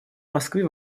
москве